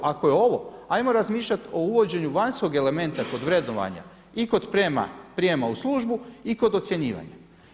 Ako je ovo, ajmo razmišljati o uvođenju vanjskog elementa kod vrednovanja i kod prijema u službu i kod ocjenjivanja.